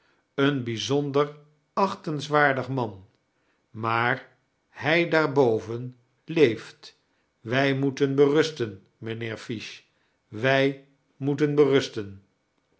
een bijzonder achtenswaardig man maar hij daarboven leeft wij moeten berusten mijnlieer fish wij msoeten berusten